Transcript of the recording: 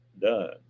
done